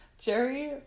Jerry